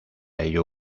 ello